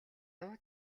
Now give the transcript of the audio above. дуу